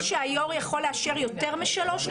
האם צריך לקבוע שהיושב-ראש יכול לאשר יותר משלוש,